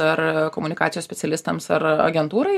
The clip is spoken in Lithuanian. ar komunikacijos specialistams ar agentūrai